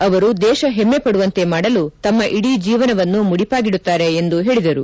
ಅವರು ದೇಶ ಹೆಮ್ನೆ ಪಡುವಂತೆ ಮಾಡಲು ತಮ್ನ ಇಡೀ ಜೇವನವನ್ನು ಮುಡಿಪಾಗಿಡುತ್ತಾರೆ ಎಂದು ಹೇಳಿದರು